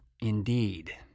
indeed